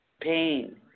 pain